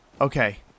Okay